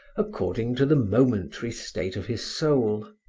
according to the momentary state of his soul.